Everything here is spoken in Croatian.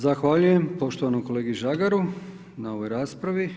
Zahvaljujem poštovanom kolegi Žagaru na ovoj raspravi.